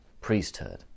priesthood